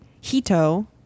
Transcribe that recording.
hito